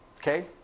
okay